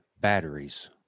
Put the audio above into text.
Batteries